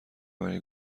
برای